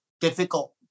difficult